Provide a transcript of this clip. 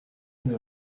une